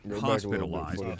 hospitalized